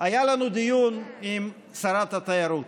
היה לנו דיון עם שרת התיירות.